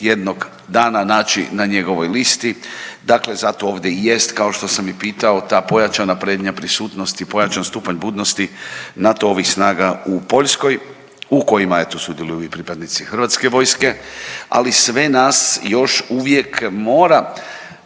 jednog dana naći na njegovoj listi, dakle zato ovdje i jest kao što sam i pitao ta pojačana prednja prisutnost i pojačan stupanj budnosti NATO-ovih snaga u Poljskoj u kojima eto sudjeluju i pripadnici HV-a, ali sve nas još uvijek mora